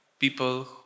people